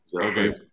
Okay